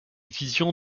vision